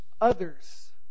others